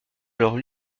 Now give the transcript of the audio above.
alors